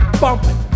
bumping